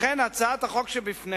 לכן, הצעת החוק שלפניכם